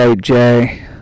Jay